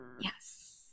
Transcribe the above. Yes